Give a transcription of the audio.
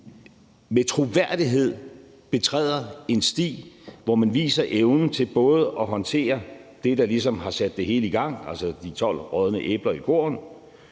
med troværdighed betræder en sti, hvor man viser evnen til både at håndtere det, der ligesom har sat det hele i gang, altså de 12 rådne æbler i kurven,